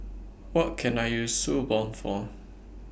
What Can I use Suu Balm For